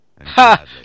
Ha